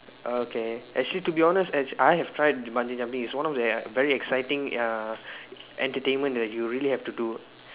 okay actually to be honest act~ I have tried bungee jumping it's one of the uh very exciting uh entertainment that you really have to do